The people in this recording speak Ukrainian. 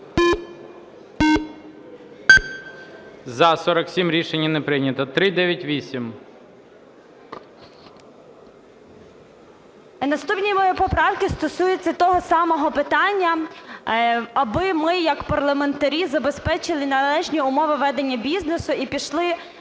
За-47 Рішення не прийнято. 398. 12:33:35 ВАСИЛЬЧЕНКО Г.І. Наступні мої поправки стосуються того самого питання, аби ми як парламентарі забезпечили належні умови ведення бізнесу і пішли